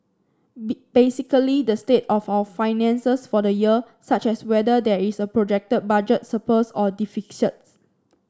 be basically the state of our finances for the year such as whether there is a projected budget surplus or